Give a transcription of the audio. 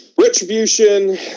Retribution